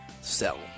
sell